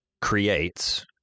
creates